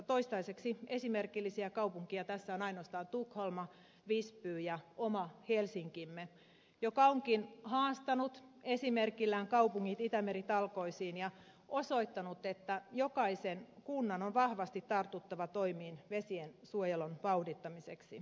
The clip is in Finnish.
toistaiseksi esimerkillisiä kaupunkeja tässä ovat ainoastaan tukholma visby ja oma helsinkimme joka onkin haastanut esimerkillään kaupungit itämeri talkoisiin ja osoittanut että jokaisen kunnan on vahvasti tartuttava toimiin vesiensuojelun vauhdittamiseksi